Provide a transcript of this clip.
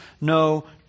no